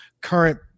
current